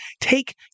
take